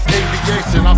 aviation